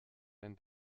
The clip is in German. dein